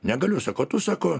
negaliu sako o tu sako